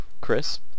Chris